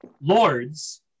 lords